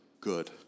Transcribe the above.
good